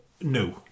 no